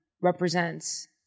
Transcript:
represents